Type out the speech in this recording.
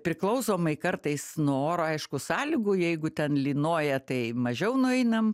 priklausomai kartais nuo oro aišku sąlygų jeigu ten lynoja tai mažiau nueinam